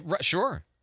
Sure